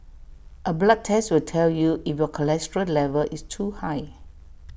A blood test will tell you if your cholesterol level is too high